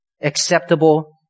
acceptable